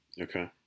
Okay